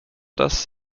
das